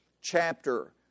chapter